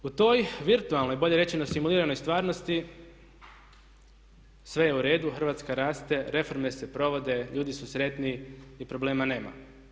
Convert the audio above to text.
U toj virtualnoj bolje rečeno stimuliranoj stvarnosti sve je u redu, Hrvatska raste, reforme se provode, ljudi su sretni i problema nema.